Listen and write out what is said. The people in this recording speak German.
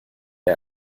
der